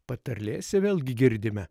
patarlėse vėlgi girdime